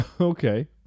okay